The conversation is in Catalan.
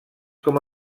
com